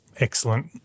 Excellent